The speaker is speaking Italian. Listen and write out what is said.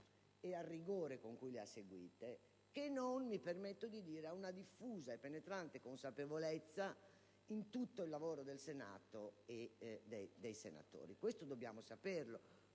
e al rigore con cui le ha seguite che non - mi permetto di dire - a una diffusa e penetrante consapevolezza in tutto il lavoro del Senato e dei senatori. Questo dobbiamo saperlo,